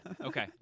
Okay